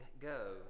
go